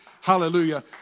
hallelujah